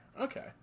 Okay